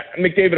McDavid